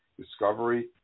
Discovery